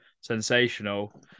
sensational